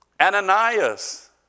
Ananias